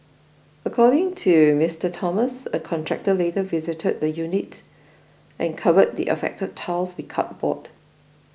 according to Mister Thomas a contractor later visited the unit and covered the affected tiles with cardboard